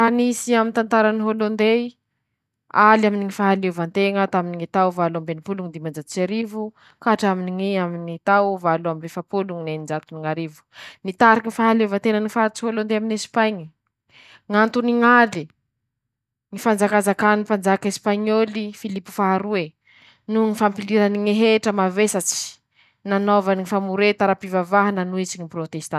Raha nisy aminy ñy tantarany Hôlôndey: Aly aminy ñy fahaleovantena taminy ñy tao valo amby enimpolo no dimanjato sy arivo, ka hatr'aminy aminy ñy tao valo amby efapolo no eninjato no ñ'arivo, nitariky fahaleovantena ñy faritsy Hôlôndia aminy ñ'Esipaiñe, ñ'antony ñ'aly, ñy fanjakazakany panjaka Esipaiñôly Filipo faha roe, noho ñy fampilira ñy hetra mavesatsy, nanaovany ñy famoreta arapivavaha nanohitsy gny protestant.